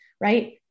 right